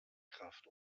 kraft